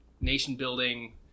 nation-building